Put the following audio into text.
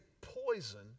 poison